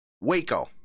waco